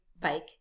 bike